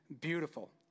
beautiful